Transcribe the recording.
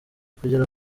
kugera